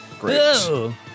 great